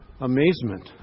amazement